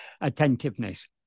attentiveness